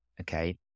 Okay